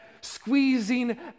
Squeezing